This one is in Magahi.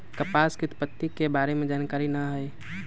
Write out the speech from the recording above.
कपास के उत्पत्ति के बारे में जानकारी न हइ